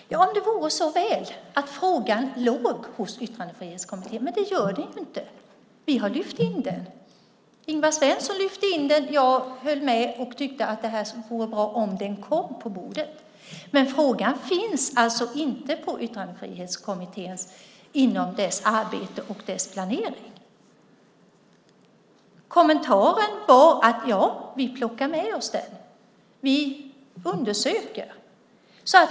Herr talman! Om det vore så väl att frågan låg hos Yttrandefrihetskommittén, men det gör den inte. Vi har lyft in den. Ingvar Svensson lyfte in den, och jag höll med och tyckte att det vore bra om den kom på bordet. Men frågan finns alltså inte med i Yttrandefrihetskommitténs arbete och planering. Kommentaren var: Vi plockar med oss den. Vi undersöker.